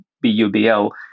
B-U-B-L